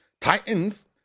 Titans